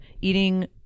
eating